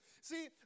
See